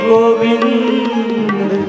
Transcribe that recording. Govind